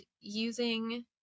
using